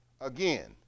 again